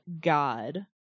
God